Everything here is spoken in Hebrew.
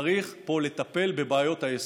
צריך פה לטפל בבעיות היסוד.